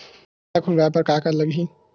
खाता खुलवाय बर का का लगही?